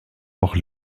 noch